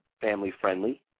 family-friendly